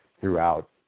throughout